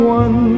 one